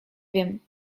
wiem